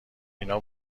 اینا